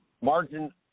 margin